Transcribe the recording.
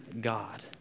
god